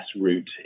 route